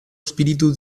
spirito